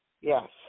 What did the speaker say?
Yes